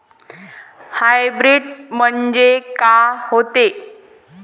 Hybrid म्हनजे का होते?